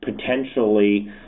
potentially